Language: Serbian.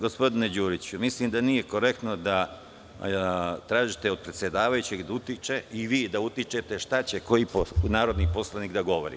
Gospine Đuriću, mislim da nije korektno da tražite od predsedavajućeg da utiče i vi da utičete šta će koji narodni poslanik da govori.